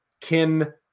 Kim